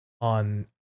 on